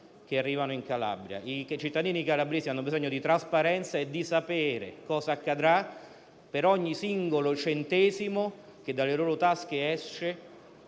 che arriva in Calabria. I cittadini calabresi hanno bisogno di trasparenza e di sapere cosa accadrà per ogni singolo centesimo che esce dalle loro tasche per